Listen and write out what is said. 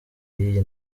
y’iyi